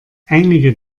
einige